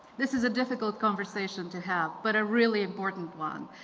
this is a difficult conversation to have but a really important one.